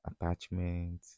attachment